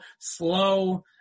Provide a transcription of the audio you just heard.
slow